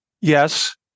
Yes